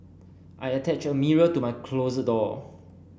I attached a mirror to my closet door